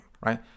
right